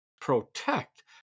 protect